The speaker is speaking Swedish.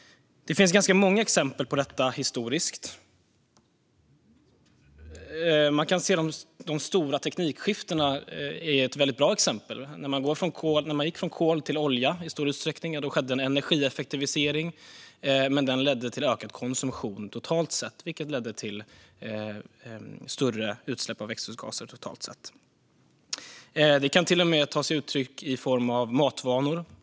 Det finns ganska många exempel på detta historiskt. De stora teknikskiftena är ett väldigt bra exempel. När man i stor utsträckning gick från kol till olja skedde en energieffektivisering. Denna ledde dock till ökad konsumtion totalt sett, vilket ledde till större utsläpp av växthusgaser totalt sett. Det kan till och med ta sig uttryck i form av matvanor.